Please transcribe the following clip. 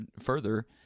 further